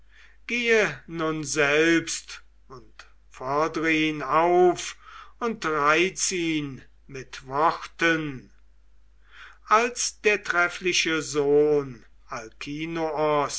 gehe nun selbst und fordre ihn auf und reiz ihn mit worten als der treffliche sohn